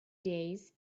days